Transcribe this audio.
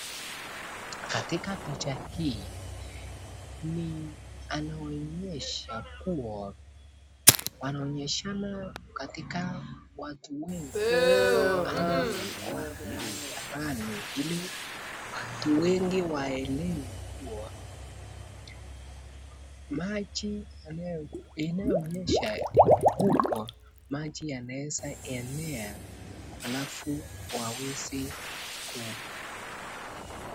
Katika picha hii ni anaonyesha kuwa wanonyeshana katika watu wengi ama kwa barabarani ili watu wengi waelewe kuwa maji inayonyesha kubwa maji yanaweza enea alafu waweze.